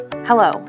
hello